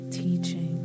teaching